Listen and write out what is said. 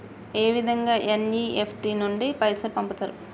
ఏ విధంగా ఎన్.ఇ.ఎఫ్.టి నుండి పైసలు పంపుతరు?